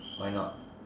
why not